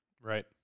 Right